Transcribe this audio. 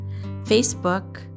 Facebook